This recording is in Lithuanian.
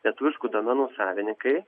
lietuviškų domenų savininkai